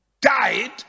died